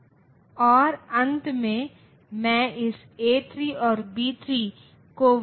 मान लीजिए हम पहली समस्या जिस पर विचार करेंगे वह यह है